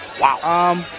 Wow